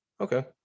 Okay